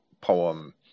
poem